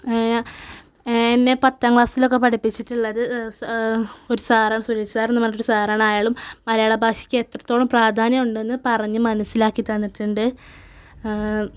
എന്നെ പത്താം ക്ലാസ്സിലൊക്കെ പഠിപ്പിച്ചിട്ട് ഉള്ളത് സ് ഒര് സാറാ സുനില്സാറെന്ന് പറഞ്ഞിട്ടൊരു സാറാണ് അയാളും മലയാളഭാഷക്ക് എത്രത്തോളം പ്രാധാന്യം ഉണ്ടെന്ന് പറഞ്ഞ് മനസ്സിലാക്കി തന്നിട്ടുണ്ട്